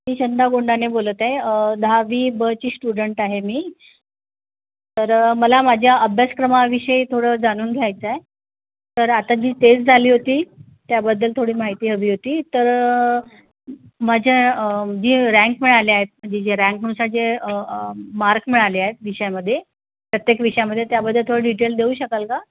मी चंदा गोंडाने बोलत आहे दहावी बची श्टुडंट आहे मी तर मला माझ्या अभ्यासक्रमाविषयी थोडं जाणून घ्यायचं आहे तर आता जी टेस झाली होती त्याबद्दल थोडी माहिती हवी होती तर माझ्या जी रँक मिळाले आहेत म्हणजे जे रँकनुसार जे मार्क मिळाले आहेत विषयामध्ये प्रत्येक विषयामध्ये त्याबद्दल थोडं डिटेल देऊ शकाल का